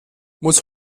muss